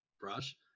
brush